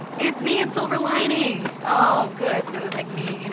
it's me in silver linings. oh, good. so it was like me, you know